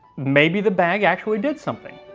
maybe the bag actually did something,